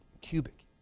cubic